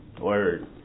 word